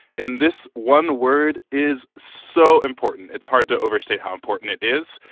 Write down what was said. and this one word is so important. it's hard to overstate how important it is.